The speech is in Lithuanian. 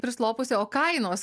prislopusi o kainos